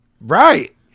Right